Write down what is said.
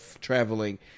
traveling